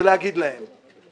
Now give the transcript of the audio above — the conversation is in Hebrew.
ולהגיד להם -- עד כאן.